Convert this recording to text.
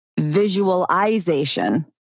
Visualization